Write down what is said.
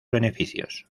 beneficios